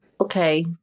Okay